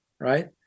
right